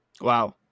Wow